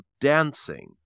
dancing